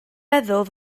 meddwl